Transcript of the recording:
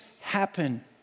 happen